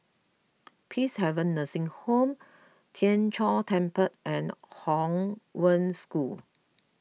Peacehaven Nursing Home Tien Chor Temple and Hong Wen School